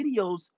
videos